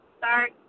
start